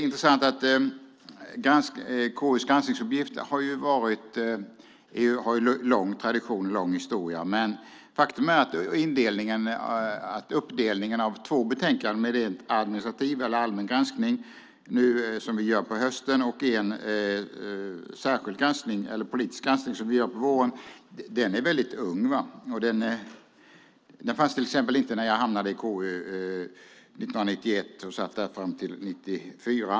KU:s granskningsuppgift har en lång tradition och en lång historia. Faktum är emellertid att uppdelningen i två betänkanden, en rent administrativ eller allmän granskning som vi gör på hösten, och en särskild politisk granskning, som vi gör på våren, är mycket ung. Den fanns exempelvis inte när jag satt i KU 1991-1994.